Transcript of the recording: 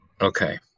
Okay